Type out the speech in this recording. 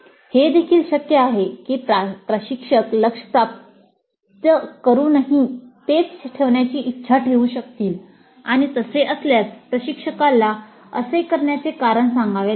हे देखील शक्य आहे की प्रशिक्षक लक्ष्य प्राप्त करुनही तेच ठेवण्याची इच्छा ठेवू शकतील आणि तसे असल्यास प्रशिक्षकाला असे करण्याचे कारण सांगावे लागेल